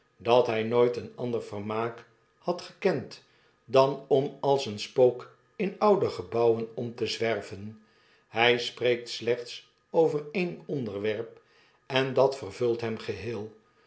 dat hy nooit een ander vermaak had gekend dan om als een spook in oude gebouwen om te zwerven hyspreekt slechts over een onderwerp en dat vervult hem geheel